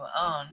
own